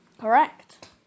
Correct